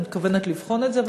אני מתכוונת לבחון את זה,